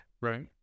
right